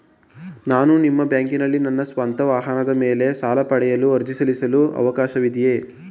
ನಾನು ನಿಮ್ಮ ಬ್ಯಾಂಕಿನಲ್ಲಿ ನನ್ನ ಸ್ವಂತ ವಾಹನದ ಮೇಲೆ ಸಾಲ ಪಡೆಯಲು ಅರ್ಜಿ ಸಲ್ಲಿಸಲು ಅವಕಾಶವಿದೆಯೇ?